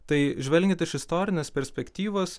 tai žvelgiant iš istorinės perspektyvos